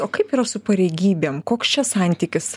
o kaip yra su pareigybėm koks čia santykis